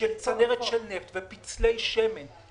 אנחנו נעשה סדר אבל הכול מפורסם באתר של מנהל התכנון.